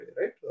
right